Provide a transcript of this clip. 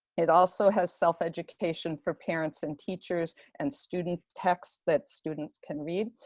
it also has self education for parents and teachers, and student texts that students can read.